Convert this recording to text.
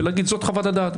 ולהגיד שזאת חוות הדעת.